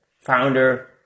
founder